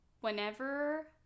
Whenever